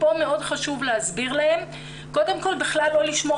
כאן מאוד חשוב להסביר להם שקודם כל בכלל לא לשמור